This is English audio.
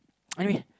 anyway